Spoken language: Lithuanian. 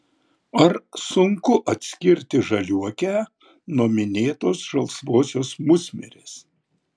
ar sunku atskirti žaliuokę nuo minėtos žalsvosios musmirės